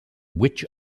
which